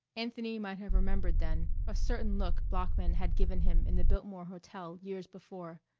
anthony might have remembered then a certain look bloeckman had given him in the biltmore hotel years before.